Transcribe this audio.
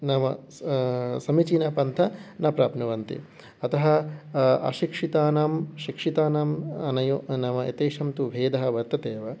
नाम स समीचीन पन्त न प्राप्नुवन्ति अतः अशिक्षितानां शिक्षितानां नैव नाम एतेषां तु भेदः वर्ततेव